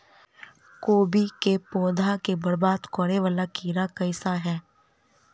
कोबी केँ पौधा केँ बरबाद करे वला कीड़ा केँ सा है?